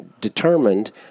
determined